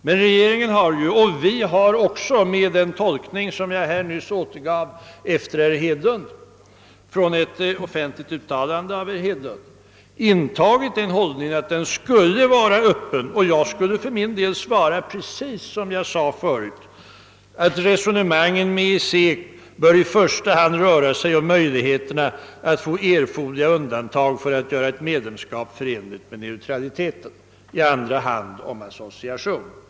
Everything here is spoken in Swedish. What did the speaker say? Och regeringen skulle på samma fråga svara § 238, och då är regeringen konsekvent. Jag har nyss återgivit ett offentligt uttalande av herr Hedlund. Jag skulle för min del svara precis som jag tidigare angav, nämligen att resonemangen med EEC i första hand bör röra sig om möjligheterna att få erforderliga undantag för att göra ett medlemskap förenligt med neutraliteten, och i andra hand om möjligheterna till association.